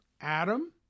Adam